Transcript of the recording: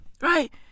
Right